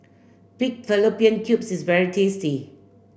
Pig Fallopian Tubes is very tasty